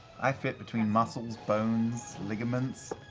i fit between muscles, bones, ligaments,